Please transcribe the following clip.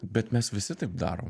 bet mes visi taip darom